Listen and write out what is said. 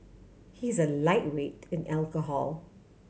he is a lightweight in alcohol